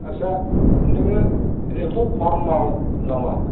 आरसा नोङो एम्फौ फारमार नामा